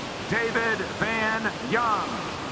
david van young